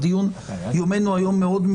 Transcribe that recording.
יומנו היום מאוד,